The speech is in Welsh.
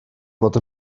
bod